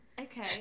Okay